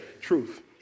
Truth